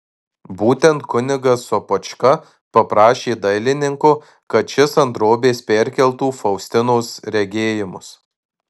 būtent kunigas sopočka paprašė dailininko kad šis ant drobės perkeltų faustinos regėjimus